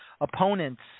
opponents